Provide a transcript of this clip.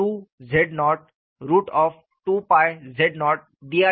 Z1 KI2z0 2z0 दिया जाता है